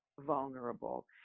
vulnerable